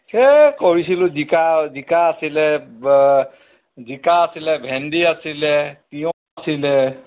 সেই কৰিছিলোঁ জিকা জিকা আছিলে জিকা আছিলে ভেন্দি আছিলে তিয়ঁহ আছিলে